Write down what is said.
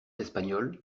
espagnole